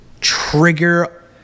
trigger